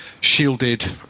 shielded